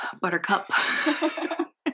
buttercup